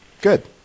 good